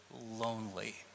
lonely